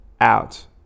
out